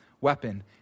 weapon